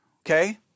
okay